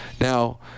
Now